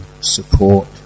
support